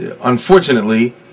Unfortunately